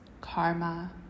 karma